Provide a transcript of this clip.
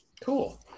cool